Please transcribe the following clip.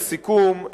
לסיכום,